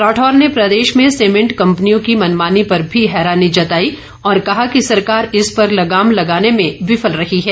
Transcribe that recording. राठौर ने प्रदेश में सीमेंट कम्पनियों की मनमानी पर भी हैरानी जताई और कहा कि सरकार इस पर लगाम लगाने में विफल रही है